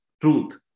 truth